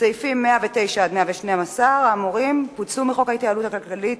סעיפים 109 112 האמורים פוצלו מחוק ההתייעלות הכלכלית.